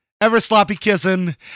ever-sloppy-kissing